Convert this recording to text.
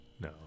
No